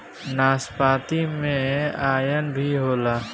नाशपाती में आयरन भी होला